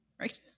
right